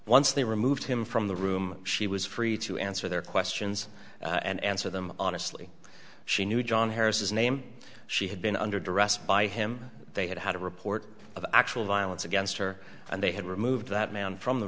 once they removed him from the room she was free to answer their questions and answer them honestly she knew john harris is name she had been under duress by him they had had a report of actual violence against her and they had removed that man from the